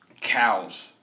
cows